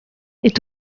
est